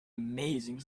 amazing